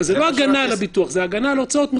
אבל זה לא הגנה על הביטוח אלא על הוצאות אחרות.